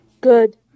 Good